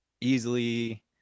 easily